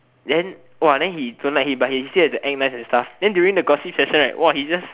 then !wah! then he don't like him but he still have to act nice and stuff then during the gossip session right !wah! he just